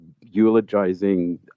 eulogizing